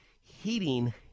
heating